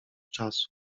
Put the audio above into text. czasu